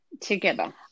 together